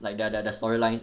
like their their the storyline